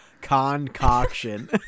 concoction